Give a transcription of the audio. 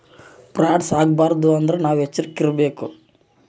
frauds ಆಗಬಾರದು ಅಂದ್ರೆ ನಾವ್ ಎಚ್ರ ಇರ್ಬೇಕು